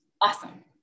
Awesome